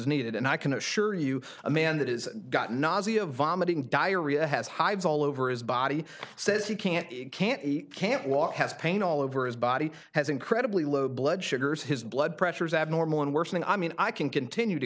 needed and i can assure you a man that is got nazia vomiting diarrhea has hives all over his body says he can't can't can't walk has pain all over his body has incredibly low blood sugars his blood pressure is abnormal and worsening i mean i can continue to